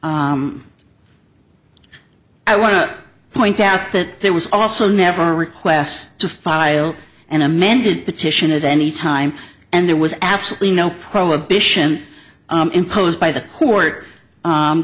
record i want to point out that there was also never requests to file an amended petition at any time and there was absolutely no prohibition imposed by the court